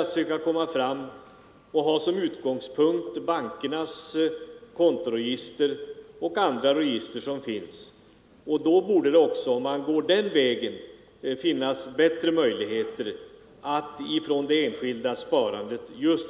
Det måste vara riktigare att ha som utgångspunkt bankernas kontoregister och andra register som kan finnas. Om man går den vägen, borde det också finnas bättre möjligheter att från det enskilda sparandet